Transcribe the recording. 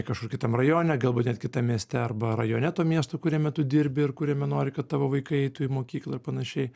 kažkur kitam rajone galbūt net kitam mieste arba rajone to miesto kuriame tu dirbi ir kuriame nori kad tavo vaikai eitų į mokyklą ir panašiai